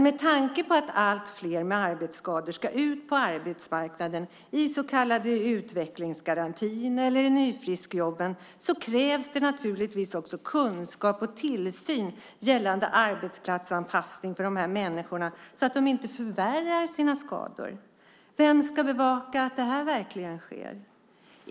Med tanke på att allt fler med arbetsskador ska ut på arbetsmarknaden i så kallade utvecklingsgarantier eller nyfriskjobb krävs naturligtvis också kunskap och tillsyn när det gäller arbetsplatsanpassning för dessa människor så att de inte förvärrar sina skador. Vem ska bevaka att det sker?